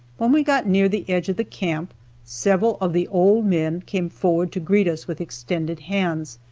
when we got near the edge of the camp several of the old men came forward to greet us with extended hands,